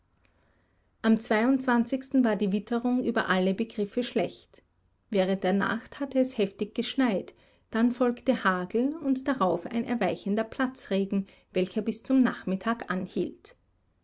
am war die witterung über alle begriffe schlecht während der nacht hatte es heftig geschneit dann folgte hagel und darauf ein erweichender platzregen welcher bis zum nachmittag anhielt